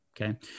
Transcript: Okay